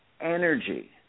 energy